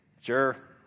sure